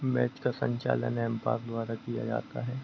match का संचालन umpire द्वारा किया जाता है